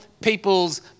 people's